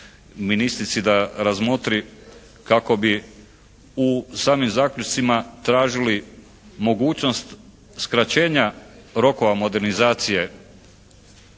da razmotri kako bi u samim zaključcima tražili mogućnost skraćenja rokova modernizacije,